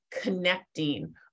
connecting